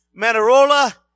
Manarola